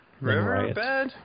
Riverbed